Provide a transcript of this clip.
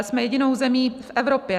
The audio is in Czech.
Jsme jedinou zemí v Evropě.